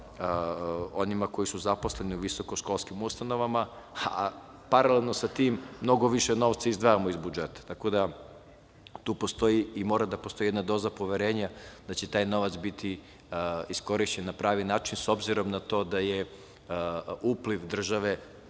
onima koji su zaposleni u visokoškolskim ustanovama, a paralelno sa tim mnogo više novca izdvajamo iz budžeta. Tako da, tu postoji i mora da postoji jedna doza poverenja da će taj novac biti iskorišćen na pravi način, s obzirom na to da je upliv države